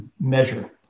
measure